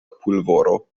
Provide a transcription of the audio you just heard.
pulvoro